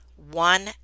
one